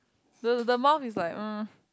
the the mouth is like um